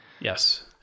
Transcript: yes